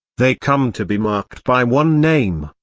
they come to be marked by one name,